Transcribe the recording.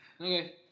okay